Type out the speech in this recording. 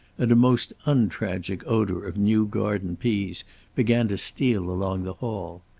and a most untragic odor of new garden peas began to steal along the hall.